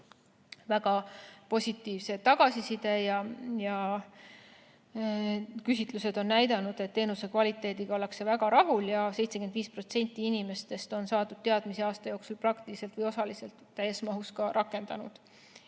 väga positiivset tagasisidet. Küsitlused on näidanud, et teenuse kvaliteediga ollakse väga rahul ja 75% inimestest on saadud teadmisi aasta jooksul praktiliselt osaliselt või täies mahus rakendanud.